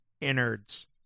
innards